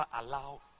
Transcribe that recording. allow